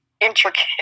intricate